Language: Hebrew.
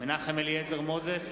מנחם אליעזר מוזס,